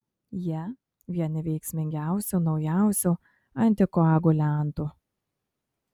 jie vieni veiksmingiausių naujausių antikoaguliantų